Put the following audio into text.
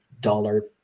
dollar